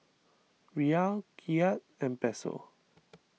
Riyal Kyat and Peso